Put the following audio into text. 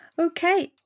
okay